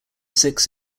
six